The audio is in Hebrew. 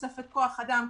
תוספת כוח אדם.